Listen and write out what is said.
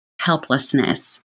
helplessness